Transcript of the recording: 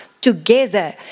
together